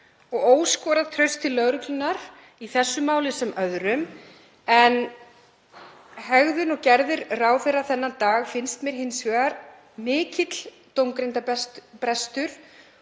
og óskorað traust til lögreglunnar í þessu máli sem öðrum en hegðun og gerðir ráðherra þennan dag finnst mér hins vegar mikill dómgreindarbrestur